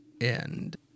end